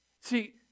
See